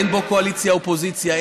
אין בו קואליציה אופוזיציה.